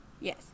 Yes